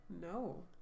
No